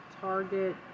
Target